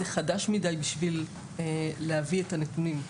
זה חדש מידי בשביל להביא את הנתונים.